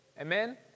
Amen